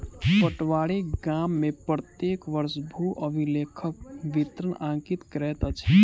पटवारी गाम में प्रत्येक वर्ष भू अभिलेखक विवरण अंकित करैत अछि